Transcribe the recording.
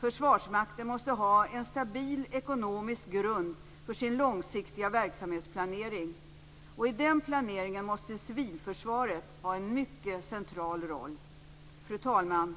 Försvarsmakten måste ha en stabil ekonomisk grund för sin långsiktiga verksamhetsplanering. Och i den planeringen måste civilförsvaret ha en mycket central roll. Fru talman!